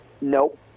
nope